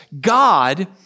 God